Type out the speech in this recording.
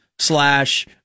slash